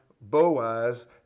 Boaz